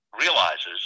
realizes